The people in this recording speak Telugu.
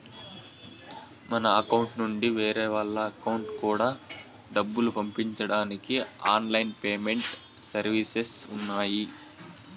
మన అకౌంట్ నుండి వేరే వాళ్ళ అకౌంట్ కూడా డబ్బులు పంపించడానికి ఆన్ లైన్ పేమెంట్ సర్వీసెస్ ఉన్నాయి